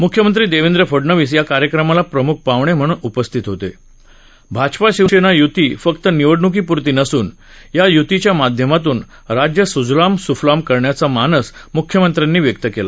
मुख्यमंत्री देवेंद्र फडनवीस या कार्यक्रमाला प्रमुख पाहुणे म्हणून उपस्थित होते भाजपा शिवसेना युती फक्त निवडणुकीपुरती नसून या युतीच्या माध्यमातून राज्य सुजलाम सुफलाम करण्याचा मानस मुख्यमंत्र्यांनी व्यक्त केला